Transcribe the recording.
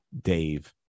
dave